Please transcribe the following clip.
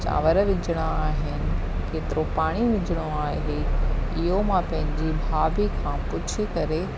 चांवर विझणा आहिनि केतिरो पाणी विझणो आहे इहो मां पंहिंजी भाभी खां पुछी करे